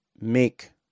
make